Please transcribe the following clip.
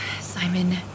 Simon